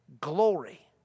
glory